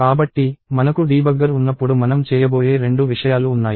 కాబట్టి మనకు డీబగ్గర్ ఉన్నప్పుడు మనం చేయబోయే రెండు విషయాలు ఉన్నాయి